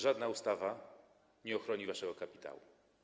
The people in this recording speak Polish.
Żadna ustawa nie ochroni waszego kapitału.